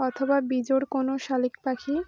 অথবা বিজোড় কোনো শালিক পাখি